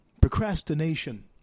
procrastination